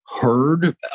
heard